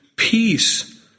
Peace